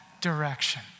direction